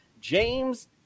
James